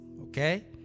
okay